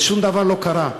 ושום דבר לא קרה.